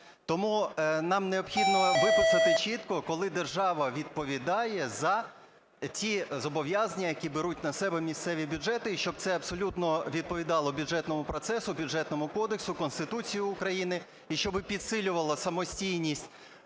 Тому нам необхідно виписати чітко, коли держава відповідає за ті зобов'язання, які беруть на себе місцеві бюджети, і щоб це абсолютно відповідало бюджетному процесу, Бюджетному кодексу, Конституції України, і щоб підсилювало самостійність